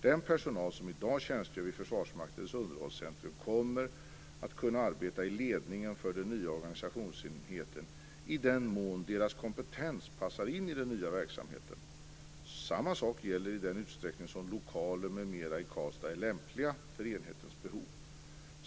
Den personal som i dag tjänstgör vid Försvarsmaktens underhållscentrum kommer att kunna arbeta i ledningen för den nya organisationsenheten i den mån dess kompetens passar in i den nya verksamheten. Samma sak gäller i den utsträckning som lokaler m.m. i Karlstad är lämpliga för enhetens behov.